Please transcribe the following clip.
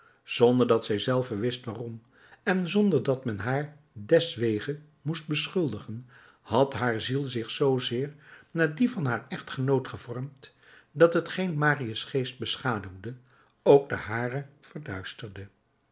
zonder dat zij zelve wist waarom en zonder dat men haar deswege moet beschuldigen had haar ziel zich zoozeer naar die van haar echtgenoot gevormd dat hetgeen marius geest beschaduwde ook den haren verduisterde